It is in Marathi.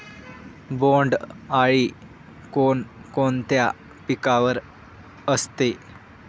बोंडअळी कोणकोणत्या पिकावर असते?